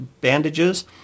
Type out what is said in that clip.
bandages